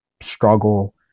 struggle